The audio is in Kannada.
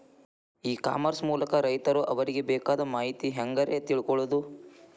ಇ ಕಾಮರ್ಸ್ ಮೂಲಕ ರೈತರು ಅವರಿಗೆ ಬೇಕಾದ ಮಾಹಿತಿ ಹ್ಯಾಂಗ ರೇ ತಿಳ್ಕೊಳೋದು?